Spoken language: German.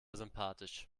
sympathisch